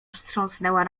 wstrząsnęła